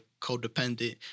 codependent